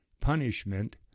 Punishment